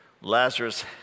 Lazarus